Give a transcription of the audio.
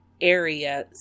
area